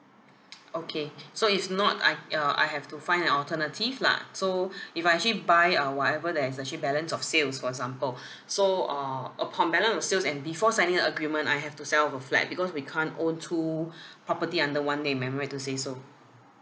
okay so if not I uh I have to find an alternative lah so if I actually buy uh whatever there's actually balance of sales for example so uh upon balance of sales and before signing up agreement I have to sell off the flat because we can't own two property under one name am I right to say so